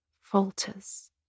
falters